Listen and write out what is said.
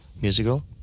Musical